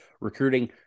recruiting